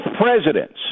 presidents